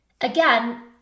Again